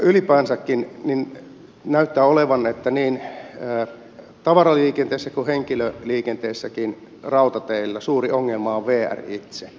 ylipäänsäkin näyttää olevan että niin tavaraliikenteessä kuin henkilöliikenteessäkin rautateillä suuri ongelma on vr itse